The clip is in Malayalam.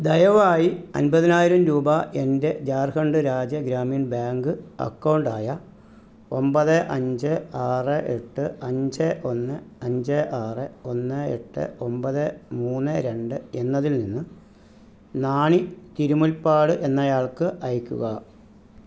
ദയവായി അൻപതിനായിരം രൂപ എൻ്റെ ജാർഖണ്ഡ് രാജ്യ ഗ്രാമീൺ ബാങ്ക് അക്കൗണ്ടായ ഒൻപത് അഞ്ച് ആറ് എട്ട് അഞ്ച് ഒന്ന് അഞ്ച് ആറ് ഒന്ന് എട്ട് ഒൻപത് മൂന്ന് രണ്ട് എന്നതിൽ നിന്ന് നാണി തിരുമുൽപ്പാട് എന്നയാൾക്ക് അയക്കുക